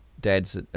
dad's